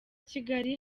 kigali